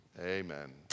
Amen